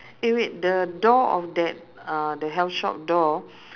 eh wait the door of that uh the health shop door